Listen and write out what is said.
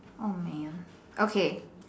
oh man okay